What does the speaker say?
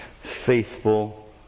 faithful